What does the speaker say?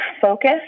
focus